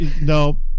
no